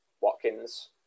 Watkins